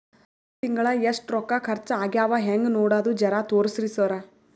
ಹೊದ ತಿಂಗಳ ಎಷ್ಟ ರೊಕ್ಕ ಖರ್ಚಾ ಆಗ್ಯಾವ ಹೆಂಗ ನೋಡದು ಜರಾ ತೋರ್ಸಿ ಸರಾ?